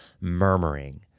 murmuring